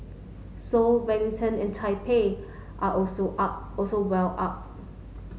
soul Wellington and Taipei are also are also well up